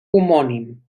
homònim